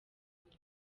muntu